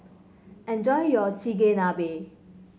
enjoy your Chigenabe